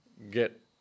get